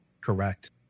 Correct